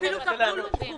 כי זה אפילו כפול ומכופל.